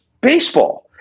baseball